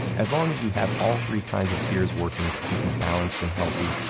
as long as you have all three kinds of tears working to keep you balanced and healthy,